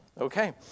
Okay